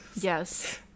Yes